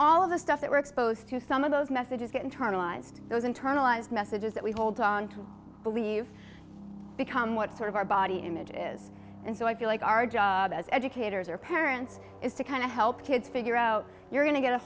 all of the stuff that we're exposed to some of those messages get internalized those internalized messages that we hold on to believe become what sort of our body image is and so i feel like our job as educators or parents is to kind of help kids figure out you're going to get a